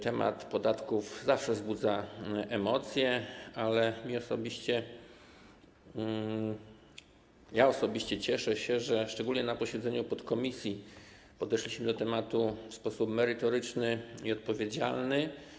Temat podatków zawsze wzbudza emocje, ale osobiście cieszę się, że szczególnie na posiedzeniu podkomisji podeszliśmy do tematu w sposób merytoryczny i odpowiedzialny.